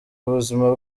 ubuzima